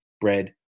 Bread